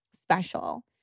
special